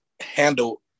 handle